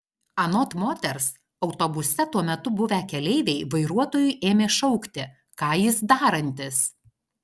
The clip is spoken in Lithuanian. anot moters autobuse tuo metu buvę keleiviai vairuotojui ėmė šaukti ką jis darantis